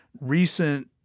recent